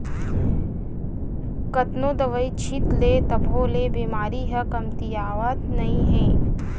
कतनो दवई छित ले तभो ले बेमारी ह कमतियावत नइ हे